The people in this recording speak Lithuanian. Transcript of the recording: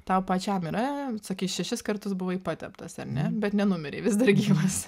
tau pačiam yra sakei šešis kartus buvai pateptas ar ne bet nenumirei vis dar gyvas